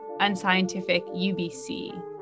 unscientificubc